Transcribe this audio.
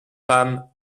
pam